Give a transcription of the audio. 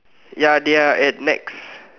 ya they are at Nex